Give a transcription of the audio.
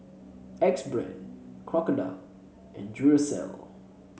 Axe Brand Crocodile and Duracell